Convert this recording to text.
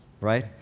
right